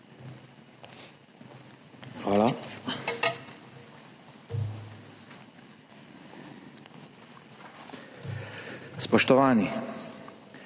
Hvala. Spoštovani!